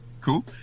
cool